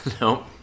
No